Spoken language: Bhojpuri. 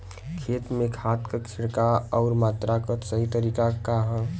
खेत में खाद क छिड़काव अउर मात्रा क सही तरीका का ह?